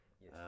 Yes